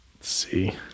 see